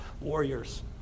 warriors